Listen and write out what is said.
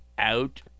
out